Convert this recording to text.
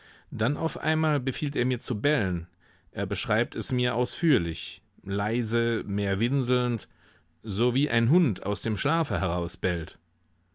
dann auf einmal befiehlt er mir zu bellen er beschreibt es mir ausführlich leise mehr winselnd so wie ein hund aus dem schlafe heraus